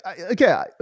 Okay